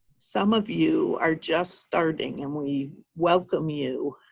some of you are just starting. and we welcome you.